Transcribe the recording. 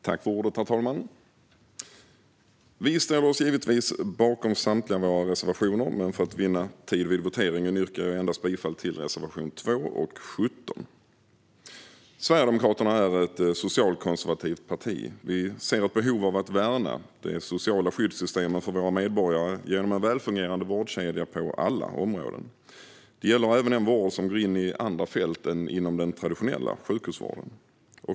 Herr talman! Vi ställer oss givetvis bakom samtliga våra reservationer, men för att vinna tid vid voteringen yrkar jag bifall endast till reservationerna 2 och 17. Sverigedemokraterna är ett socialkonservativt parti. Vi ser ett behov av att värna de sociala skyddssystemen för våra medborgare genom en välfungerande vårdkedja på alla områden. Det gäller även den vård som går in i andra fält än inom den traditionella sjukhusvården.